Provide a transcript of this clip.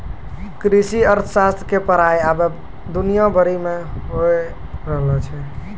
कृषि अर्थशास्त्र के पढ़ाई अबै दुनिया भरि मे होय रहलो छै